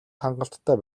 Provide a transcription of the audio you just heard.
хангалттай